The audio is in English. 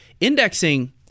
Indexing